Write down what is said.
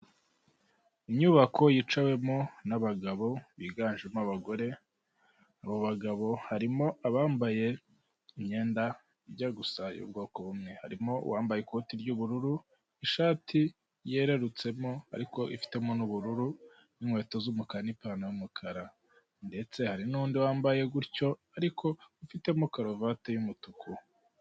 Inyubako yicawemo n'abagabo biganjemo abagore, abo bagabo harimo abambaye imyenda ijya gusa y'ubwoko b'umwe, harimo uwambaye ikoti ry'ubururu ishati yererutsemo ariko ifitemo n' ubururu, n'inkweto z'umukara n'ipantaro y'umukara, ndetse hari n'undi wambaye gutyo ariko ufitemo karuvate y'umutuku.